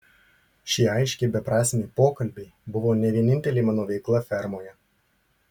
šie aiškiai beprasmiai pokalbiai buvo ne vienintelė mano veikla fermoje